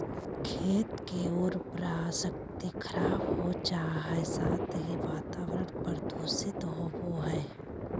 खेत के उर्वरा शक्ति खराब हो जा हइ, साथ ही वातावरण प्रदूषित होबो हइ